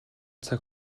цаг